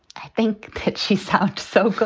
i think she sounds so good.